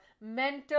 mental